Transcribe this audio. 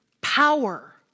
power